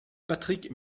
patrick